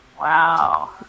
Wow